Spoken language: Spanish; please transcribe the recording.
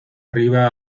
arriba